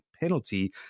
penalty